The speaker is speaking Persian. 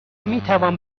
میتوان